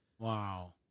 Wow